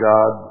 God